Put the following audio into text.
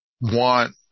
want